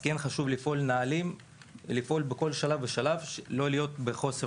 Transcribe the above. כן חשוב לפעול בכל שלב ושלב ולא להיות בחוסר